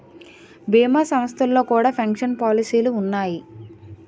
భీమా సంస్థల్లో కూడా పెన్షన్ పాలసీలు ఉన్నాయి